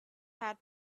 had